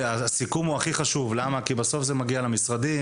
הסיכום הוא הכי חשוב כי בסוף זה מגיע למשרדים,